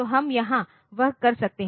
तो हम यहाँ वह कर सकते हैं